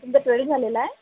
तुमचं ट्वेल्थ झालेलं आहे